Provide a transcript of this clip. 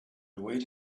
await